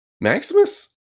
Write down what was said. Maximus